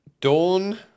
dawn